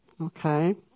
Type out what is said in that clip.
okay